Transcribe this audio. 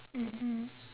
mmhmm